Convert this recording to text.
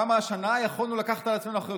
כמה השנה יכולנו לקחת על עצמנו אחריות?